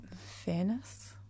Fairness